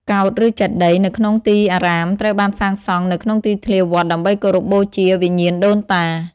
កោដ្ឋ ឬ ចេតិយ នៅក្នុងទីអារាមត្រូវបានសាងសង់នៅក្នុងទីធ្លាវត្តដើម្បីគោរពបូជាវិញ្ញាណដូនតា។